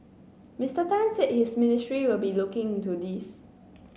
Mr Tan said his ministry will be looking into this